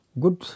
good